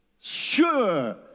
Sure